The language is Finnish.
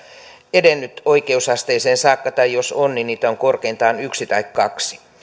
edennyt oikeusasteeseen saakka tai jos on niin niitä on korkeintaan yksi tai kaksi